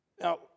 Now